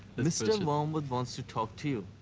mr. wormwood wants to talk to you.